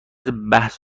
بحث